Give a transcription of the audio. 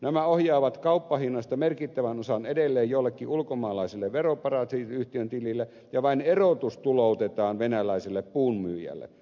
nämä ohjaavat kauppahinnasta merkittävän osan edelleen jonkin ulkomaalaisen veroparatiisiyhtiön tilille ja vain erotus tuloutetaan venäläiselle puunmyyjälle